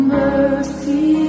mercy